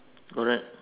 correct